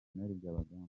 byabagamba